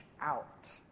out